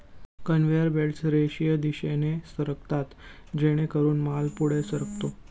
conveyor belts रेषीय दिशेने सरकतात जेणेकरून माल पुढे सरकतो